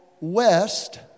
west